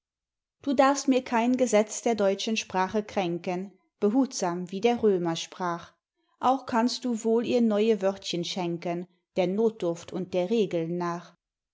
du darfst mir kein gesetz der deutschen sprache kränken behutsam wie der römer sprach auch kannst du wohl ihr neue wörtchen schenken der notdurft und der regeln nach